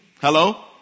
Hello